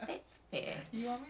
it's like sixty bucks